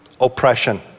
oppression